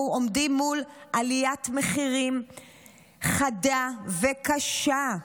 אנחנו עומדים מול עליית מחירים חדה וקשה,